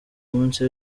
munsi